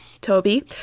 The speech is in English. Toby